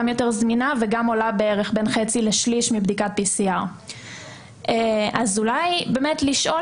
גם יותר זמינה וגם עולה בין חצי לשליש מעלות בדיקת PCR. אולי באמת לשאול